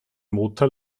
motor